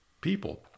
people